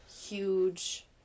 huge